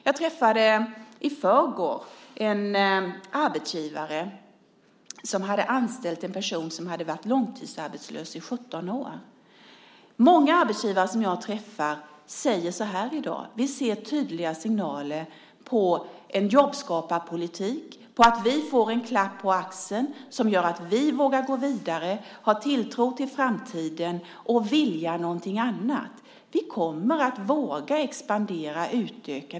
Jag träffade i förrgår en arbetsgivare som hade anställt en person som hade varit långtidsarbetslös i 17 år. Många arbetsgivare som jag träffar säger så här i dag: Vi ser tydliga signaler på en jobbskaparpolitik och på att vi får en klapp på axeln som gör att vi vågar gå vidare och vågar ha tilltro till framtiden och vågar vilja någonting annat. Vi kommer att våga expandera och utöka.